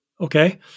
Okay